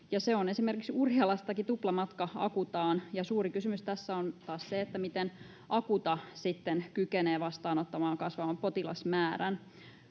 Esimerkiksi Urjalastakin on tuplamatka Acutaan. Suuri kysymys tässä taas on se, miten Acuta sitten kykenee vastaanottamaan kasvavan potilasmäärän.